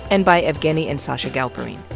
and by evgueni and sacha galperine.